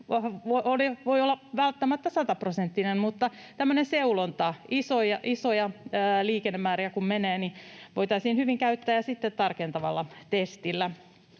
voi olla välttämättä sataprosenttinen, mutta olisi tämmöinen seulonta: kun menee isoja liikennemääriä, niin voitaisiin hyvin käyttää ja sitten tarkentaa testillä.